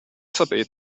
sapete